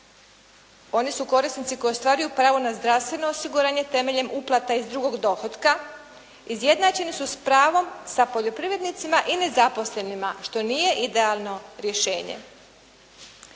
oni su korisnici koji ostvaruju pravo na zdravstveno osiguranje temeljem uplata iz drugog dohotka, izjednačeni su s pravom sa poljoprivrednicima i nezaposlenima, što nije idealno rješenje.